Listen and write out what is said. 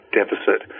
deficit